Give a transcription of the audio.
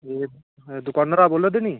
एह् तुस दुकान उप्परा बोल्ला दे नी